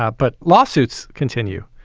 ah but lawsuits continue,